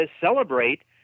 celebrate